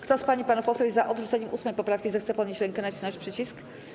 Kto z pań i panów posłów jest za odrzuceniem 8. poprawki, zechce podnieść rękę i nacisnąć przycisk.